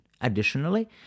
Additionally